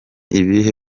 ibihe